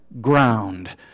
ground